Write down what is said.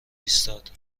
ایستاد